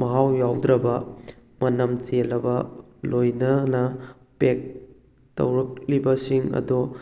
ꯃꯍꯥꯎ ꯌꯥꯎꯗ꯭ꯔꯕ ꯃꯅꯝ ꯆꯦꯜꯂꯕ ꯂꯣꯏꯅꯅ ꯄꯦꯛ ꯇꯧꯔꯛꯂꯤꯕꯁꯤꯡ ꯑꯗꯣ